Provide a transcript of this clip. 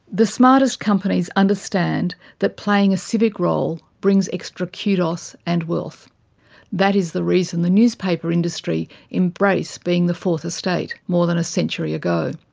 the smartest companies understand that playing a civic role brings extra kudos and wealth that is the reason the newspaper industry embraced being the fourth estate more than a century ago.